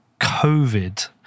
COVID